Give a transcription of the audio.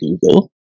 Google